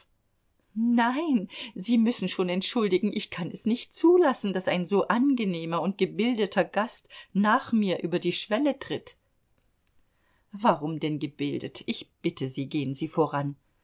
nein sie müssen schon entschuldigen ich kann es nicht zulassen daß ein so angenehmer und gebildeter gast nach mir über die schwelle tritt warum denn gebildet ich bitte sie gehen sie voran